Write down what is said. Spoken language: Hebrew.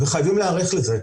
וחייבים להיערך לזה.